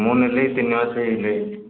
ମୁଁ ନେଲି ତିନିମାସ ହେଲାଣି